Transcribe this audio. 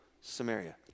Samaria